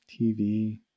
TV